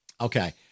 Okay